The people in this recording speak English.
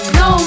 no